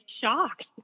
shocked